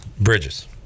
Bridges